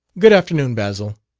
good afternoon, basil.